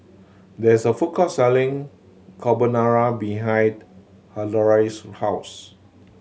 there's a food court selling Carbonara behind Hilario's house